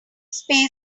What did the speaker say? space